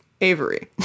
Avery